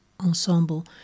ensemble